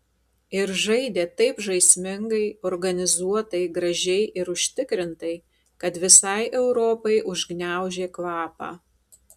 ir žaidė taip žaismingai organizuotai gražiai ir užtikrintai kad visai europai užgniaužė kvapą